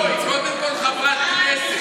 לא, היא קודם כול חברת כנסת.